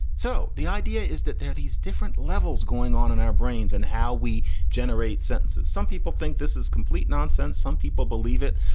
so the idea is that there are these different levels going on in our brains and how we generate sentences. some people think this is complete nonsense. some people believe it,